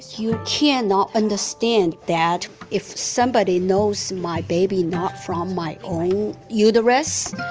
you cannot understand that if somebody knows my baby's not from my own uterus,